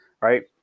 Right